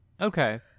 Okay